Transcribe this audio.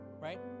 right